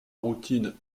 routine